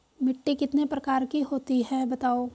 मिट्टी कितने प्रकार की होती हैं बताओ?